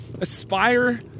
aspire